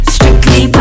Strictly